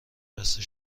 بسته